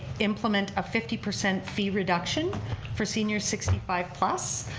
implement a fifty percent fee reduction for seniors sixty five plus